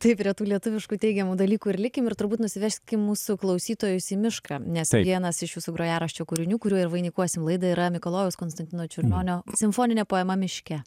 tai prie tų lietuviškų teigiamų dalykų ir likim ir turbūt nusiveskim mūsų klausytojus į mišką nes vienas iš jūsų grojaraščio kūrinių kuriuo ir vainikuosim laidą yra mikalojaus konstantino čiurlionio simfoninė poema miške